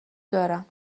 دارم